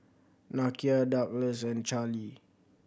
Nakia Douglas and Charlee